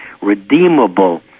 redeemable